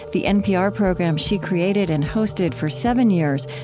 the npr program she created and hosted for seven years,